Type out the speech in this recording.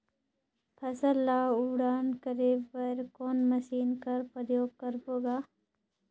फसल ल उड़ान करे बर कोन मशीन कर प्रयोग करबो ग?